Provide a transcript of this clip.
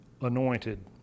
anointed